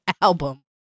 album